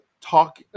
talk